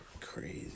Crazy